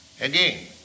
again